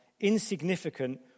insignificant